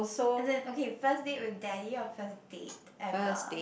as in okay first date with daddy or first date ever